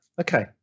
Okay